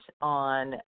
on